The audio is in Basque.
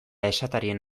esatarien